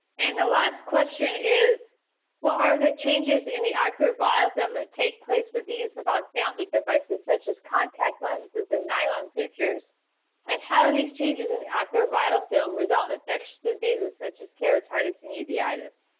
and the last question is what are the changes in the ocular biofilm that take place with these of our downlink devices such as contact lenses and nylon sutures and how these changes in the ocular biofilm result in infectious diseases such as keratitis and uveitis